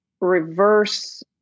reverse